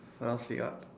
what else we got